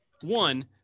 One